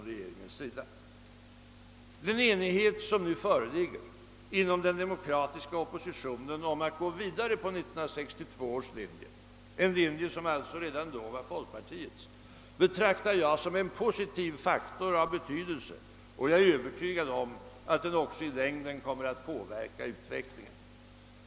Den enighet som nu föreligger inom den demokratiska oppositionen om att gå vidare på 1962 års linje, en linje som alltså redan då var folkpartiets, betraktar jag som en positiv faktor av betydelse, och jag är övertygad om att den också i längden kommer att påverka utvecklingen.